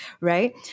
right